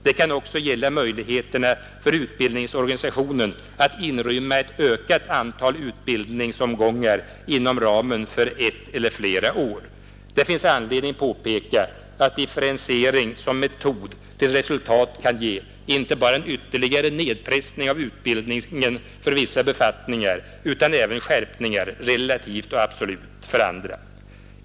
Det kan också gälla möjligheterna för utbildningsorganisationen att inrymma ett ökat antal utbildningsomgångar inom ramen för ett eller flera år. Det finns anledning påpeka att differentiering som metod till resultat kan ge inte bara en ytterligare nedpressning av utbildningen för vissa befattningar utan även skärpningar, relativt och absolut, för andra.